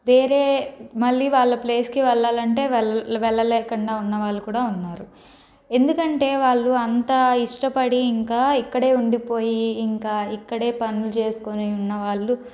వేరే మళ్ళీ వాళ్ళ ప్లేస్కి వెళ్లాలంటే వెళ్ళ వెళ్ళలేకుండా ఉన్నవాళ్ళు కూడా ఉన్నారు ఎందుకంటే వాళ్ళు అంతా ఇష్టపడి ఇంకా ఇక్కడే ఉండిపోయి ఇంకా ఇక్కడే పనులుచేసుకుని ఉన్నవాళ్ళు